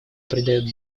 придает